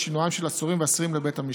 שינועם של עצורים ואסירים לבית המשפט.